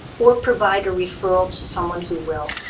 or provide a referral to someone who will.